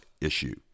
issue